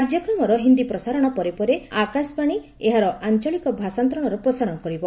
କାର୍ଯ୍ୟକ୍ରମର ହିନ୍ଦୀ ପ୍ରସାରଣ ପରେ ପରେ ଆକାଶବାଣୀ ଏହାର ଆଞ୍ଚଳିକ ଭାଷାନ୍ତରଣର ପ୍ରସାରଣ କରିବ